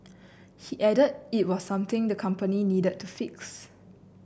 he added it was something the company needed to fix